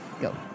go